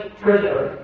treasure